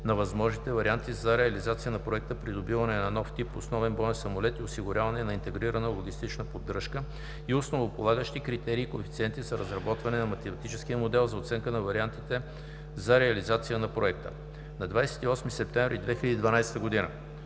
на възможните варианти за реализация на Проект „Придобиване на нов тип основен боен самолет и осигуряване на интегрирана логистична поддръжка“ и Основополагащи критерии и коефициенти за разработване на математически модел за оценка на вариантите за реализация на Проекта; - на 28 септември 2012 г.